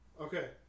Okay